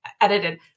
edited